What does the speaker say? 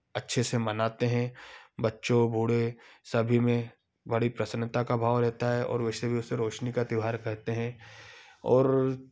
अच्छे से मनाते हैं बच्चों बूढ़े सभी में बड़ी प्रसन्नता का भाव रहता है और वैसे भी उसे रोशनी का त्योहार कहते हैं और